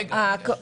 רגע.